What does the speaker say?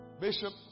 Bishop